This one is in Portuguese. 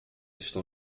estão